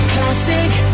Classic